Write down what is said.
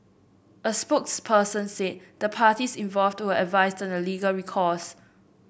a spokesperson said the parties involved were advised on their legal recourse